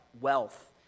wealth